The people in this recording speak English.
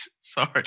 Sorry